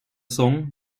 song